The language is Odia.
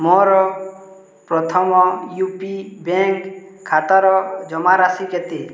ମୋର ପ୍ରଥମ ୟୁ ପି ବ୍ୟାଙ୍କ ଖାତାର ଜମାରାଶି କେତେ